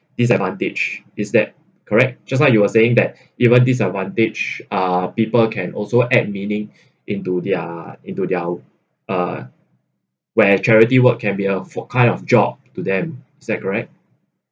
disadvantage is that correct just now you were saying that even disadvantage uh people can also add meaning into their into their uh where charity work can be a a kind of job to them is that correct